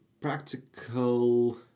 Practical